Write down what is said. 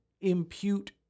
impute